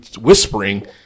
whispering